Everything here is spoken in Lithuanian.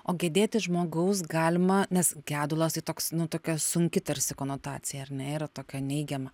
o gedėti žmogaus galima nes gedulas tai toks nu tokia sunki tarsi konotacija ar ne ir tokia neigiama